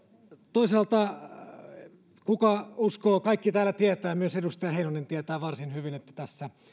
toisaalta kaikki täällä tietävät myös edustaja heinonen tietää varsin hyvin että tässä